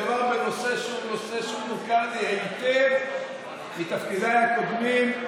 מדובר בנושא שהוא מוכר לי היטב מתפקידיי הקודמים.